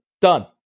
done